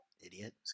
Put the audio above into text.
Idiot